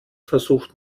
versucht